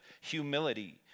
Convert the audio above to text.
humility